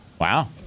Wow